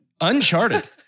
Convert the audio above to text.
Uncharted